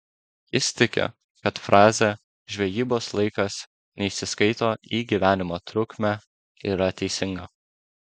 jis tiki kad frazė žvejybos laikas neįsiskaito į gyvenimo trukmę yra teisinga